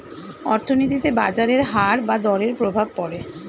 অর্থনীতিতে বাজারের হার বা দরের প্রভাব পড়ে